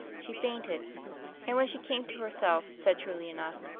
she fainted and when she came to herself, said truly enough,